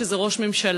שזה ראש הממשלה,